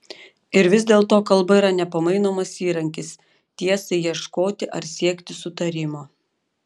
ir vis dėlto kalba yra nepamainomas įrankis tiesai ieškoti ar siekti sutarimo